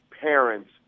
parents